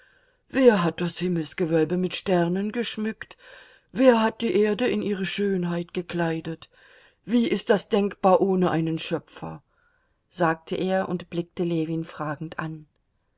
wer hat das himmelsgewölbe mit sternen geschmückt wer hat die erde in ihre schönheit gekleidet wie ist das denkbar ohne einen schöpfer sagte er und blickte ljewin fragend an